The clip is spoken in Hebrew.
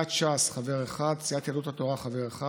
סיעת ש"ס, חבר אחד, סיעת יהדות התורה, חבר אחד,